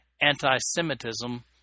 anti-semitism